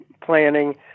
planning